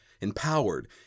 empowered